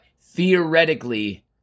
theoretically